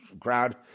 crowd